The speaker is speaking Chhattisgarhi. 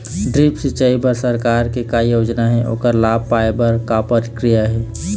ड्रिप सिचाई बर सरकार के का योजना हे ओकर लाभ पाय बर का प्रक्रिया हे?